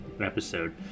episode